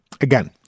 Again